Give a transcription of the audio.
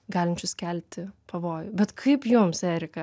galinčius kelti pavojų bet kaip jums erika